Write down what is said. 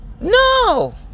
No